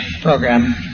program